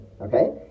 okay